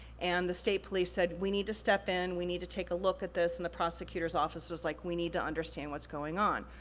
and the state police said, we need to step in, we need to take a look at this, and the prosecutor's office was like, we need to understand what's going on.